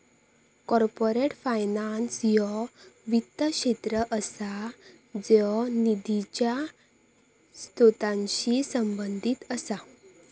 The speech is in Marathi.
कॉर्पोरेट फायनान्स ह्यो वित्त क्षेत्र असा ज्यो निधीच्या स्त्रोतांशी संबंधित असा